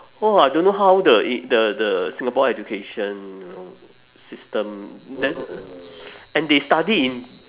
!wah! I don't know how the in the the singapore education you know system then and they study in